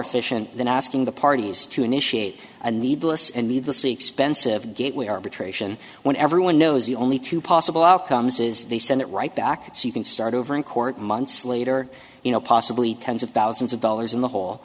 efficient than asking the parties to initiate a needless and need to see expensive gateway arbitration when everyone knows the only two possible outcomes is they send it right back so you can start over in court months later you know possibly tens of thousands of dollars in the hole